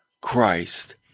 Christ